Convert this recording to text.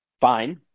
fine